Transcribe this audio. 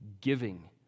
giving